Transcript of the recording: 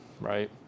right